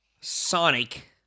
Sonic